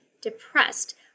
depressed